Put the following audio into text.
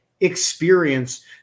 experience